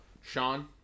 Sean